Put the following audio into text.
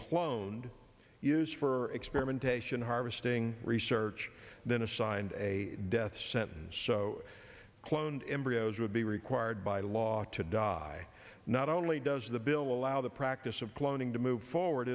cloned used for experimentation harvesting research than assigned a death sentence so cloned embryos would be required by law to die not only does the bill allow the practice of cloning to move forward